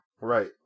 right